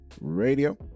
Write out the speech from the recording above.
radio